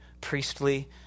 priestly